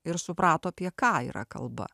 ir suprato apie ką yra kalba